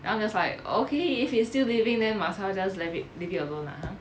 I'm just like okay if it's still living then might as well just let it leave it alone lah !huh!